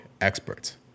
experts